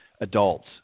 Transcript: adults